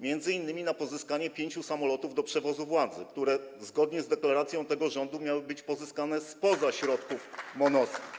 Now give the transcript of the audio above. Między innymi na pozyskanie pięciu samolotów do przewozu władzy, które zgodnie z deklaracją tego rządu miały być pozyskane spoza środków MON.